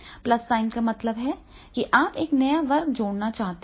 plus sign का मतलब है कि आप एक नया वर्ग जोड़ना चाहते हैं